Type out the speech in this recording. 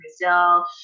Brazil